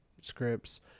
scripts